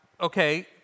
okay